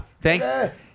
thanks